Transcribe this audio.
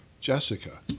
Jessica